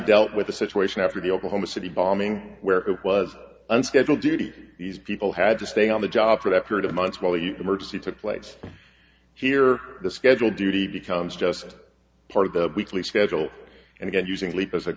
dealt with the situation after the oklahoma city bombing where it was unscheduled duty these people had to stay on the job for that period of months while the emergency took place here the schedule duty becomes just part of the weekly schedule and again using leap as a